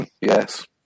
yes